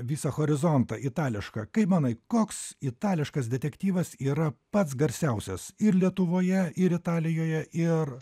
visą horizontą itališką kaip manai koks itališkas detektyvas yra pats garsiausias ir lietuvoje ir italijoje ir